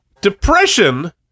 Depression